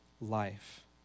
life